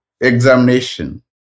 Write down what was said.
examination